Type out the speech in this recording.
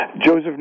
Joseph